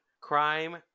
Crime